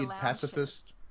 pacifist